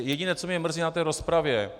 Jediné, co mě mrzí na té rozpravě.